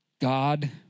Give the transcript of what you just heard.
God